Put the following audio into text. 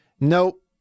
Nope